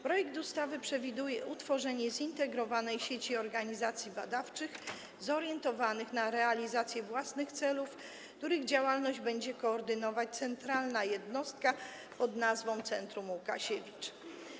Projekt ustawy przewiduje utworzenie zintegrowanej sieci organizacji badawczych zorientowanych na realizację własnych celów, których działalność będzie koordynować centralna jednostka pn. Centrum Łukasiewicz.